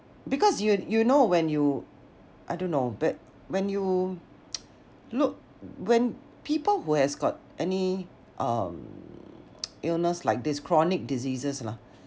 because you you know when you I don't know but when you look when people who has got any um illness like this chronic diseases lah